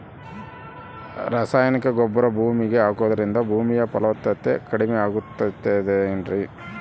ರಾಸಾಯನಿಕ ಗೊಬ್ಬರ ಭೂಮಿಗೆ ಹಾಕುವುದರಿಂದ ಭೂಮಿಯ ಫಲವತ್ತತೆ ಕಡಿಮೆಯಾಗುತ್ತದೆ ಏನ್ರಿ?